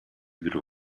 бир